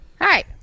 Hi